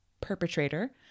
perpetrator